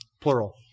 plural